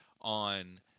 on